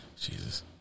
Jesus